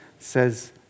Says